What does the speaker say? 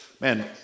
Man